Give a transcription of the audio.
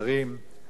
חברי הכנסת,